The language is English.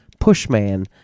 Pushman